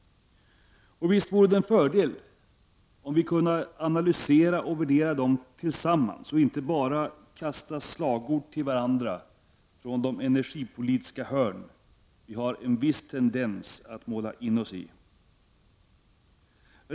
Visst vore det en fördel om vi kunde analysera och värdera dem tillsammans och inte bara kasta slagord till varandra från de energipolitiska hörn som vi har en viss tendens att måla in oss i.